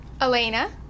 Elena